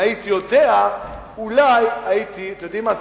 אם הייתי יודע אולי הייתי, אתם יודעים מה?